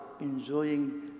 enjoying